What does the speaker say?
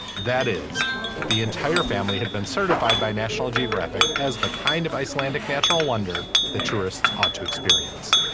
that is the entire family had been certified by national geographic as the kind of icelandic natural wonder that tourists ought to experience